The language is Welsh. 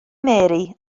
mary